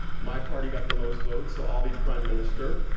my party got the most votes so i'll be prime minister.